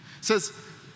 says